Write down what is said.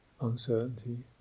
uncertainty